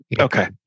Okay